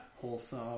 wholesome